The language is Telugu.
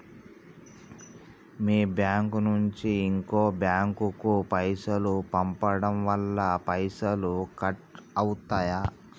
మీ బ్యాంకు నుంచి ఇంకో బ్యాంకు కు పైసలు పంపడం వల్ల పైసలు కట్ అవుతయా?